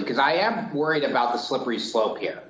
because i am worried about the slippery slope here